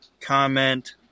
Comment